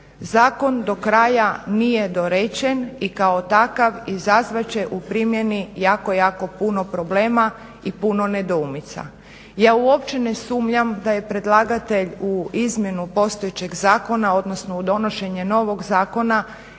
Zakon do kraja nije dorečen i kao takav izazvat će u primjeni jako, jako puno problema i puno nedoumica. Ja uopće ne sumnjam da je predlagatelj u izmjenu postojećeg zakona odnosno u donošenje novog zakona